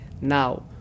now